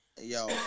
Yo